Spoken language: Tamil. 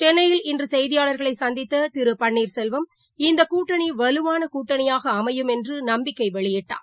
சென்னையில் இன்றுசெய்தியாளர்களைசந்தித்ததிருபன்னீர் செல்வம் இந்தகூட்டணிவலுவானகூட்டணியாகஅமையும் என்றுநம்பிக்கைவெளியிட்டார்